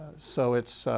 so it's,